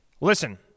listen